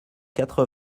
quatre